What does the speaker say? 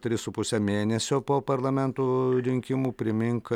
tris su puse mėnesio po parlamento rinkimų primink